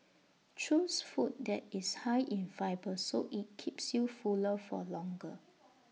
choose food that is high in fibre so IT keeps you fuller for longer